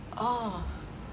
ah